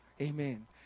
Amen